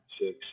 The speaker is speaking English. six